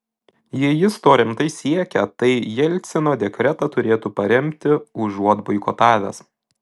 jei jis to rimtai siekia tai jelcino dekretą turėtų paremti užuot boikotavęs